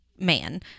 man